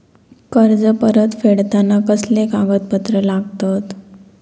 कर्ज परत फेडताना कसले कागदपत्र लागतत?